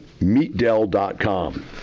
meetdell.com